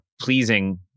pleasing